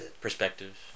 perspective